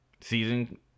season